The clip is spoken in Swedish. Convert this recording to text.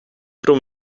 från